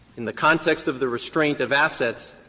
in the context of the restraint of assets,